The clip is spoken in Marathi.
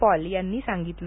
पॉल यांनी सांगितलं